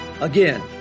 Again